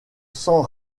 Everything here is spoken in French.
san